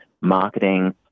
marketing